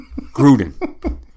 Gruden